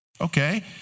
Okay